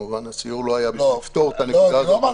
הסיור לא היה כדי לפתור את הנקודה הזאת.